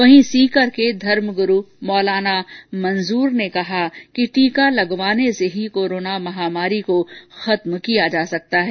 वहीं सीकर के धर्मगुरु मौलान मंजूर ने कहा कि टीका लगवाने से ही कोरोना महामारी को खत्म किया जा सकता है